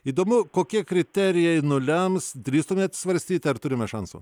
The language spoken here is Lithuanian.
įdomu kokie kriterijai nulems drįstumėt svarstyti ar turime šansų